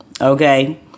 Okay